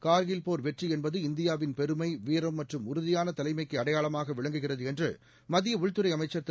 கார்கில் போர் வெற்றி என்பது இந்தியாவின் பெருமை வீரம் மற்றும் உறுதியான தலைமைக்கு அடையாளமாக விளங்குகிறது என்று மத்திய உள்துறை அமைச்சர் திரு